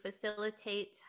facilitate